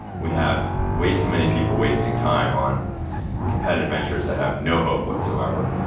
we have way too many people wasting time on competitive ventures that have no hope whatsoever.